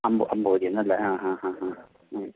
അംഭോജീന്ന് അല്ലേ ആ ആ ഹാ ആ ആ ഉം